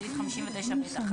בסעיף 59(ב1),